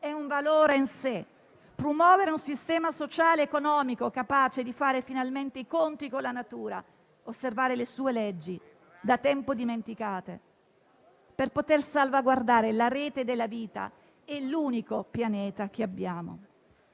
è un valore in sé: promuovere un sistema sociale ed economico capace di fare finalmente i conti con la natura, osservare le sue leggi da tempo dimenticate per poter salvaguardare la rete della vita e l'unico pianeta che abbiamo.